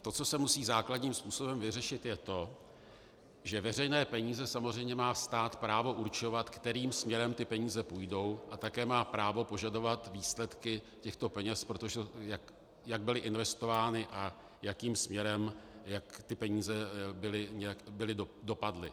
To, co se musí zásadním způsobem vyřešit, je to, že veřejné peníze samozřejmě má stát právo určovat, kterým směrem ty peníze půjdou, a také má právo požadovat výsledky těchto peněz, jak byly investovány a jakým směrem, jak tyto peníze dopadly.